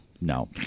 No